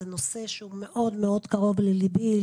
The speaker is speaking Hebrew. זה נושא שהוא מאוד קרוב לליבי.